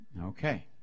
Okay